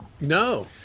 No